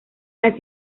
las